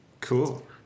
Cool